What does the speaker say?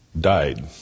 died